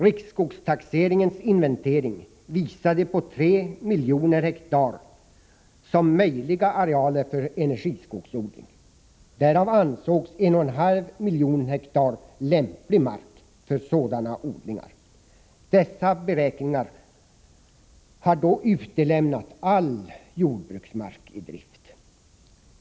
Riksskogstaxeringens inventering visade att en areal på 3 miljoner hektar var möjlig för energiskogsodling. Därav ansågs 1,5 miljoner hektar vara lämplig mark för sådana odlingar. I dessa beräkningar har all jordbruksmark i drift utelämnats.